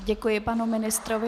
Děkuji panu ministrovi.